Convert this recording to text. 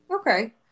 okay